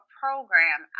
program